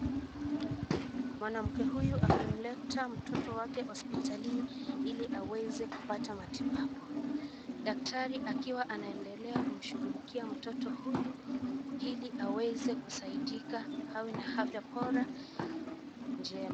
Mwanamke huyu amemleta mtoto wake hospitalini ili aweze kupata matibabu, daktari akiwa anaendelea kumshughulikia mtoto huyu ili aweze kusaidika awe na afya bora njema.